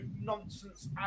nonsense